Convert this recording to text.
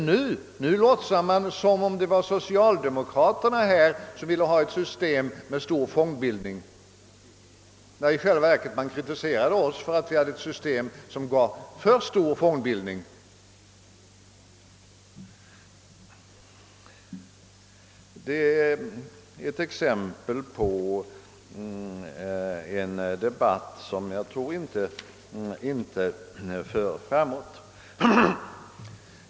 Nu låtsas man som om socialdemokraterna allena ville ha ett system med stor fondbildning medan man i själva verket kritiserade oss för att vi föreslog eit system som skulle ge ännu större fondbildning. Detta är ett exempel på en debatteknik som jag inte tror för framåt.